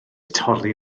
torri